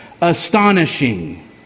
astonishing